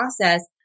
process